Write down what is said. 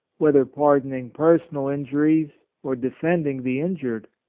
whether pardoning personal injuries or de fending the injured,